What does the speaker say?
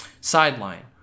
sideline